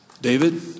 David